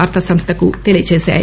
వార్తా సంస్థకు తెలియజేశారు